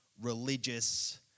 religious